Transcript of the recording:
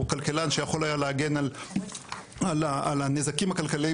או כלכלן שיכול היה להגן על הנזקים הכלכליים